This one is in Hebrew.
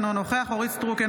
אינו נוכח אורית מלכה סטרוק,